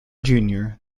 junior